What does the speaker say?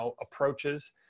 approaches